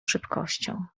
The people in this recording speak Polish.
szybkością